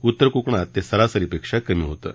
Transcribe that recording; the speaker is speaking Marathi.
उत्तर कोकणात ते सरासरीपेक्षा कमी होतं